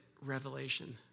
revelation